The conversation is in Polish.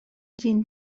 dzień